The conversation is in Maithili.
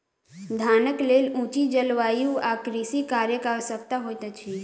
धानक लेल उचित जलवायु आ कृषि कार्यक आवश्यकता होइत अछि